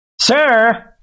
sir